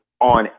on